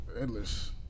endless